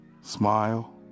smile